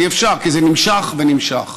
אי-אפשר, כי זה נמשיך ונמשך.